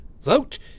Vote